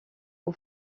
aux